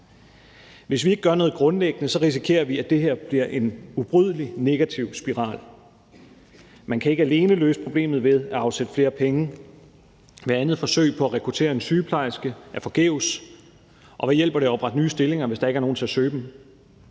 Hvis vi ikke gør noget grundlæggende, risikerer vi, at det her bliver en ubrydelig negativ spiral. Man kan ikke alene løse problemet ved at afsætte flere penge. Hvert andet forsøg på at rekruttere en sygeplejerske er forgæves, og hvad hjælper det at oprette nye stillinger, hvis der ikke er nogen til at søge dem?